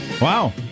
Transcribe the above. Wow